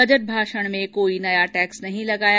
budget भाषण में कोई नया टैक्स नहीं लगाया